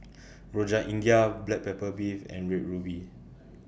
Rojak India Black Pepper Beef and Red Ruby